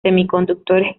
semiconductores